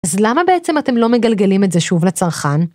אז למה בעצם אתם לא מגלגלים את זה שוב לצרכן?